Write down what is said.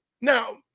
Now